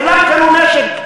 כולם קנו נשק,